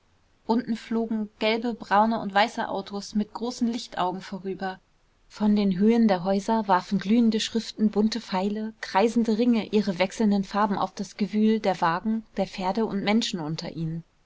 unten flogen gelbe braune und weiße autos mit großen lichtaugen vorüber von den höhen der häuser warfen glühende schriften bunte pfeile kreisende ringe ihre wechselnden farben auf das gewühl der wagen der pferde und menschen unter ihnen